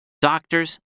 doctors